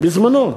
בזמני,